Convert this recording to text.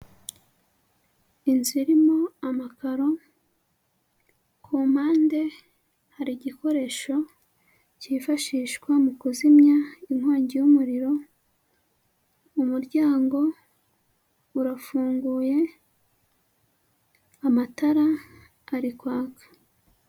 Inzu irimo amakaro, ku mpande hari igikoresho cyifashishwa mu kuzimya inkongi y'umuriro, umuryango urafunguye amatara ari kwaka.